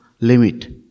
limit